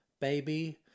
baby